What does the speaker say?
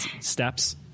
steps